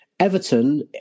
Everton